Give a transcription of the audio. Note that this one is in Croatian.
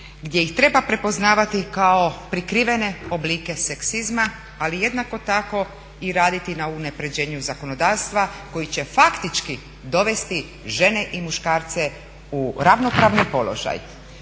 gdje ih treba prepoznavati kao prikrivene oblike seksizma, ali jednako tako raditi na unapređenju zakonodavstva koji će faktički dovesti žene i muškarce u ravnopravan položaj.